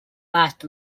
last